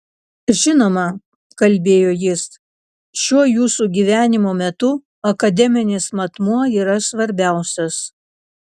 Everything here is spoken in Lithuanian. žinoma kalbėjo jis šiuo jūsų gyvenimo metu akademinis matmuo yra svarbiausias